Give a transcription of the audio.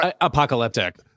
apocalyptic